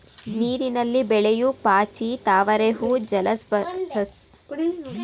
ನೀರಿನಲ್ಲಿ ಬೆಳೆಯೂ ಪಾಚಿ, ತಾವರೆ ಹೂವು ಜಲ ಸಸ್ಯಗಳಾಗಿವೆ